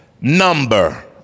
number